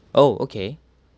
oh okay